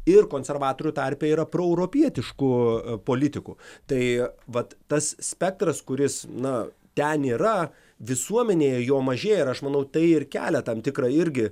ir konservatorių tarpe yra proeuropietiškų politikų tai vat tas spektras kuris na ten yra visuomenėje jo mažėja ir aš manau tai ir kelia tam tikrą irgi